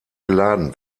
geladen